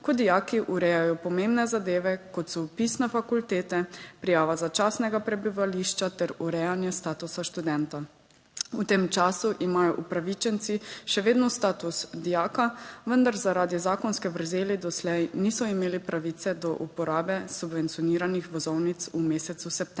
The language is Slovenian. ko dijaki urejajo pomembne zadeve, kot so vpis na fakultete, prijava začasnega prebivališča ter urejanje statusa študenta. V tem času imajo upravičenci še vedno status dijaka, vendar zaradi zakonske vrzeli doslej niso imeli pravice do uporabe subvencioniranih vozovnic v mesecu septembru.